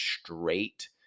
straight